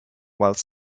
while